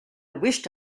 wished